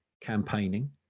campaigning